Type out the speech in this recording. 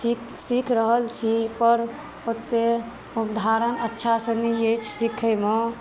सीख रहल छी पर ओते उच्चारण अच्छा से नहि अछि सीखयमे